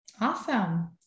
Awesome